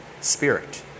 spirit